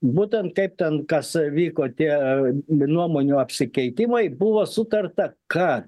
būtent taip ten kas vyko tie nuomonių apsikeitimai buvo sutarta kad